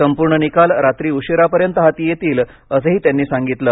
संपूर्ण निकाल रात्री उशिरापर्यंत हाती येतील असंही त्यांनी सांगितलं